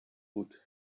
gut